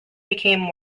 became